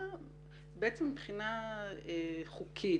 בעצם מבחינה חוקית,